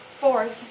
Fourth